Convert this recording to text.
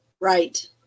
Right